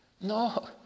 No